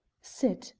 sit,